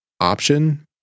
option